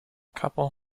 couple